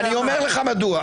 אומר לך מדוע.